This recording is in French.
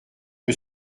que